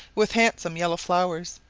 with handsome yellow flowers.